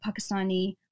Pakistani